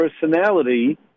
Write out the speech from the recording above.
personality